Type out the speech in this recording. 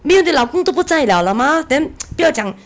没有老公都不在了了 mah then 不要讲